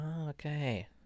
Okay